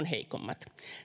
heikommat